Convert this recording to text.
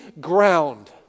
ground